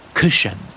Cushion